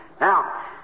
now